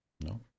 No